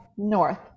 North